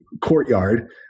courtyard